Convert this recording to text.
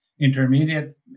intermediate